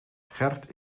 gerd